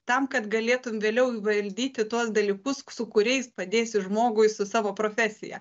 tam kad galėtum vėliau įvaldyti tuos dalykus su kuriais padėsi žmogui su savo profesija